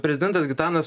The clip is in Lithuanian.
prezidentas gitanas